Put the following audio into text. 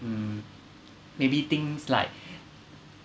um maybe things like